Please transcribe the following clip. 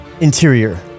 Interior